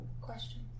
Question